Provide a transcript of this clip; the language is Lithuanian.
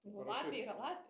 o lapė yra lapė